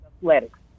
athletics